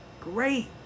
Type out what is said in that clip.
Great